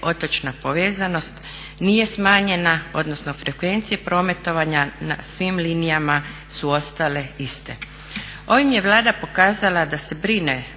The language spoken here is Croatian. otočna povezanost, nije smanjena, odnosno frekvencije prometovanja na svim linijama su ostale iste. Ovim je Vlada pokazala da se brine